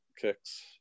kicks